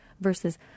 Versus